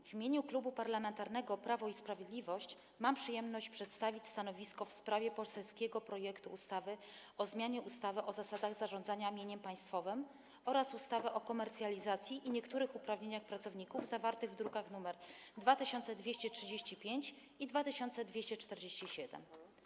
W imieniu Klubu Parlamentarnego Prawo i Sprawiedliwość mam przyjemność przedstawić stanowisko w sprawie poselskiego projektu ustawy o zmianie ustawy o zasadach zarządzania mieniem państwowym oraz ustawy o komercjalizacji i niektórych uprawnieniach pracowników, druki nr 2235 i 2247.